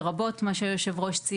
לרבות מה שציין היושב-ראש,